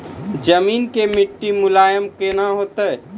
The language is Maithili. जमीन के मिट्टी मुलायम केना होतै?